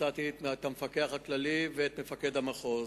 מצאתי את המפקח הכללי ואת מפקד המחוז.